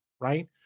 right